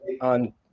on